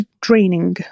draining